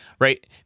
right